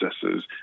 processes